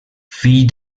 fill